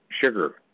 sugar